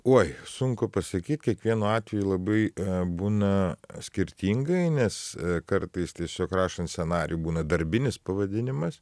oi sunku pasakyt kiekvienu atveju labai būna skirtingai nes kartais tiesiog rašant scenarijų būna darbinis pavadinimas